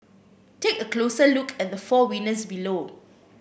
take a closer look at the four winners below